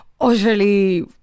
utterly